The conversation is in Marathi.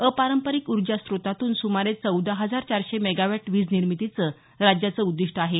अपारंपरिक उर्जा स्रोतातून सुमारे चौदा हजार चारशे मेगावॅट वीज निर्मितीचं राज्याचं उद्दीष्ट आहे